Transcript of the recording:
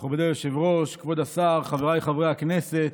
מכובדי היושב-ראש, כבוד השר, חבריי חברי הכנסת,